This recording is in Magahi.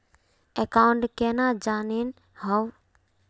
अकाउंट केना जाननेहव?